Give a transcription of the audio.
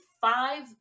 five